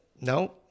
no